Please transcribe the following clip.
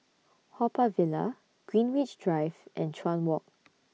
Haw Par Villa Greenwich Drive and Chuan Walk